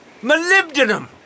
Molybdenum